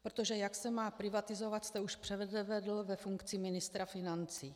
Protože jak se má privatizovat, jste už předvedl ve funkci ministra financí.